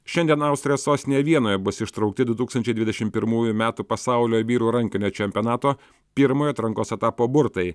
šiandien austrijos sostinėje vienoje bus ištraukti du tūkstančiai dvidešim pirmųjų metų pasaulio vyrų rankinio čempionato pirmojo atrankos etapo burtai